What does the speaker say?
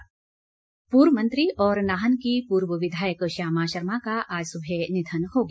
श्यामा शर्मा पूर्व मंत्री और नाहन की पूर्व विधायक श्यामा शर्मा का आज सुबह निधन हो गया